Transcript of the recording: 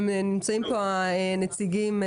נמצאים כאן הנציגים.